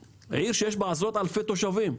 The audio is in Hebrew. שיש בה עשרות אלפי תושבים.